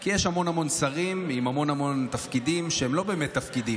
כי יש המון המון שרים עם המון המון תפקידים שהם לא באמת תפקידים.